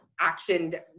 actioned